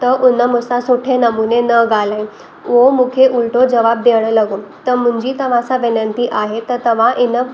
त उन मूंसां सुठे नमूने न ॻाल्हायईं उहो मूंखे उल्टो जवाबु ॾियणु लॻो त मुंहिंजी तव्हां सां विनती आहे त तव्हां इन